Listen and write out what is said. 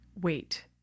wait